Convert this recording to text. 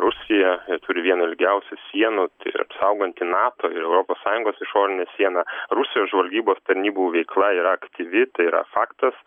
rusija turi vieną ilgiausių sienų tai apsauganti nato ir europos sąjungos išorinė siena rusijos žvalgybos tarnybų veikla yra aktyvi tai yra faktas